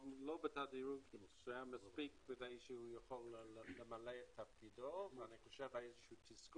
אבל לא בתדירות וזה לא היה מספיק כדי שיוכל למלא את תפקידו והיה תסכול.